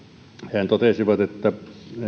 hehän totesivat että